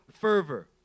fervor